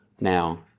Now